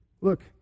look